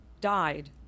died